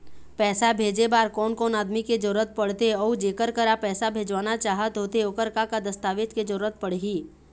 पैसा भेजे बार कोन कोन आदमी के जरूरत पड़ते अऊ जेकर करा पैसा भेजवाना चाहत होथे ओकर का का दस्तावेज के जरूरत पड़ही?